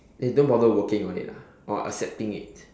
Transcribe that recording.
they don't bother working on it lah or accepting it